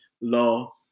Law